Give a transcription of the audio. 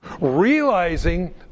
realizing